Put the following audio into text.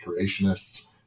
creationists